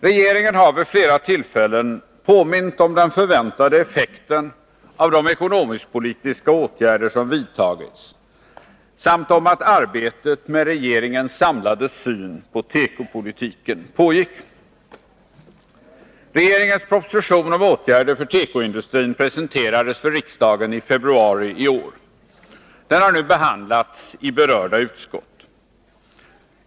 Regeringen har vid flera tillfällen påmint om den förväntade effekten av de ekonomisk-politiska åtgärder som vidtagits samt om att arbetet med regeringens samlade syn på tekopolitiken pågick. Regeringens proposition om åtgärder för tekoindustrin presenterades för riksdageni februari i år. Den har nu behandlats i berörda utskott.